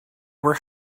were